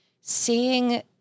seeing